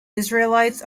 israelites